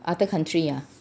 other country ah